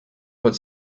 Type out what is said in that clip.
hat